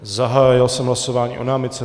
Zahájil jsem hlasování o námitce.